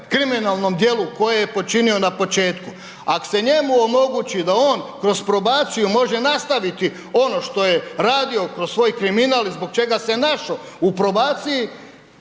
kriminalnom djelu koje je počinio na početku, ako se njemu omogući da on kroz probaciju može nastaviti ono što je radio kroz svoj kriminal i zbog čega se našao u probaciji,